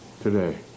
today